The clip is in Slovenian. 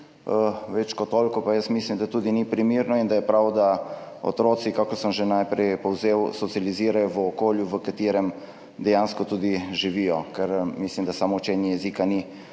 Več kot toliko pa jaz mislim, da tudi ni primerno, in da je prav, da se otroci, kakor sem že najprej povzel, socializirajo v okolju, v katerem dejansko tudi živijo. Ker mislim, da samo učenje jezika ni